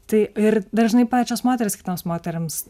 tai ir dažnai pačios moterys kitoms moterims